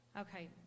Okay